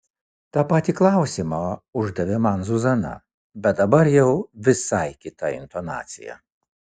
tą patį klausimą uždavė man zuzana bet dabar jau visai kita intonacija